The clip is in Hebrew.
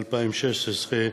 התשע"ז 2016,